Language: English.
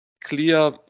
clear